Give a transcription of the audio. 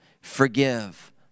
Forgive